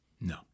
No